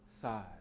side